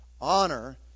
honor